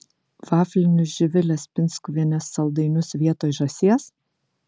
vaflinius živilės pinskuvienės saldainius vietoj žąsies